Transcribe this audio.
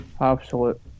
absolute